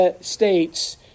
states